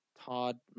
Todd